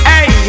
Hey